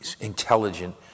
intelligent